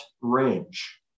range